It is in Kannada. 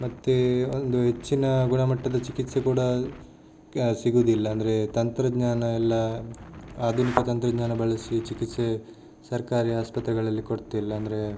ಮತ್ತು ಒಂದು ಹೆಚ್ಚಿನ ಗುಣಮಟ್ಟದ ಚಿಕಿತ್ಸೆ ಕೂಡ ಸಿಗುವುದಿಲ್ಲ ಅಂದರೆ ತಂತ್ರಜ್ಞಾನ ಎಲ್ಲ ಆಧುನಿಕ ತಂತ್ರಜ್ಞಾನ ಬಳಸಿ ಚಿಕಿತ್ಸೆ ಸರ್ಕಾರಿ ಆಸ್ಪತ್ರೆಗಳಲ್ಲಿ ಕೊಡ್ತಿಲ್ಲ ಅಂದರೆ